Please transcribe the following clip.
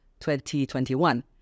2021